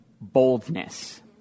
boldness